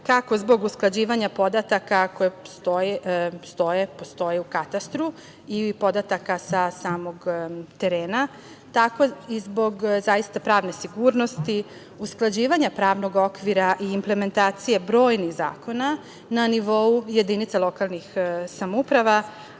kako zbog usklađivanja podataka koje stoje, postoje u Katastru i podataka sa samog terena, tako i zbog zaista pravne sigurnosti, usklađivanja pravnog okvira i implementacije brojnih zakona na nivou jedinica lokalnih samouprava,